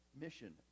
mission